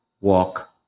walk